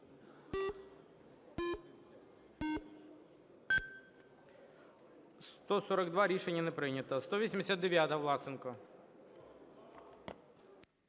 За-142 Рішення не прийнято. 189-а, Власенко.